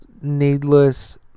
needless